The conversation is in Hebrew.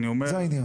זה העניין.